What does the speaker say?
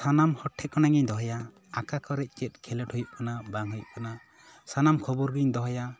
ᱥᱟᱱᱟᱢ ᱦᱚᱲ ᱴᱷᱮᱱ ᱠᱷᱚᱱᱟᱜ ᱜᱮᱧ ᱫᱚᱦᱚᱭᱟ ᱟᱠᱟ ᱠᱚᱨᱮᱫ ᱪᱮᱫ ᱠᱷᱮᱞᱳᱰ ᱦᱩᱭᱩᱜ ᱠᱟᱱᱟ ᱵᱟᱝ ᱦᱩᱭᱩᱜ ᱠᱟᱱᱟ ᱥᱟᱱᱟᱢ ᱠᱷᱳᱵᱚᱨ ᱜᱮᱧ ᱫᱚᱦᱚᱭᱟ